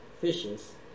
fishes